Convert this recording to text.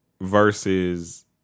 versus